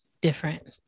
different